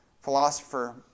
philosopher